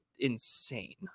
insane